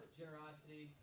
generosity